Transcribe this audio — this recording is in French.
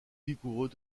vigoureux